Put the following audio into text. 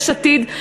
יש עתיד,